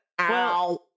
Ow